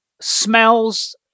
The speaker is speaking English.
Smells